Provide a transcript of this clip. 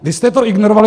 Vy jste to ignorovali.